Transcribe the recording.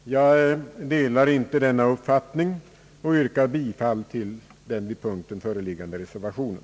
Jag delar inte denna uppfattning utan yrkar bifall till den vid punkten föreliggande reservationen.